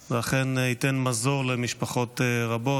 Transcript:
זה אכן ייתן מזור למשפחות רבות.